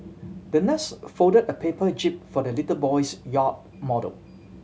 the nurse folded a paper jib for the little boy's yacht model